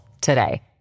today